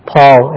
Paul